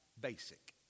basic